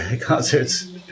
concerts